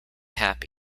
happy